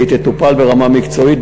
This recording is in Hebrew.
והוא יטופל ברמה מקצועית,